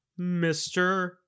Mr